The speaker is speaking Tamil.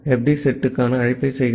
டி செட்டுக்கான அழைப்பை செய்கிறோம்